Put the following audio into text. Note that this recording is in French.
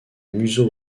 museau